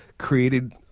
Created